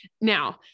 Now